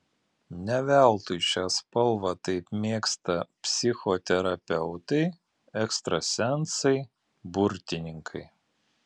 ne veltui šią spalvą taip mėgsta psichoterapeutai ekstrasensai burtininkai